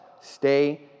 stay